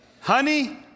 Honey